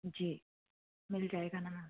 जी मिल जाएगा ना मैम